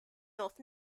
north